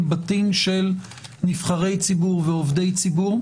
בתים של נבחרי ציבור ועובדי ציבור,